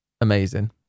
amazing